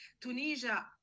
Tunisia